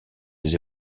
les